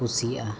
ᱠᱩᱥᱤᱭᱟᱜᱼᱟ